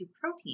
protein